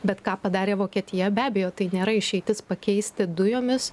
bet ką padarė vokietija be abejo tai nėra išeitis pakeisti dujomis